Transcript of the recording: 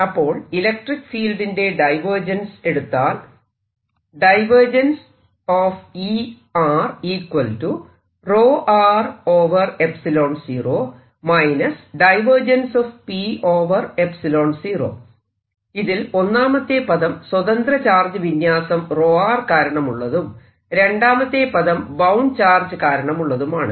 അപ്പോൾ ഇലക്ട്രിക്ക് ഫീൽഡിന്റെ ഡൈവേർജൻസ് എടുത്താൽ ഇതിൽ ഒന്നാമത്തെ പദം സ്വതന്ത്ര ചാർജ് വിന്യാസം ρ കാരണമുള്ളതും രണ്ടാമത്തെ പദം ബൌണ്ട് ചാർജ് കാരണമുള്ളതുമാണ്